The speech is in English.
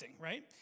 right